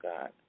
God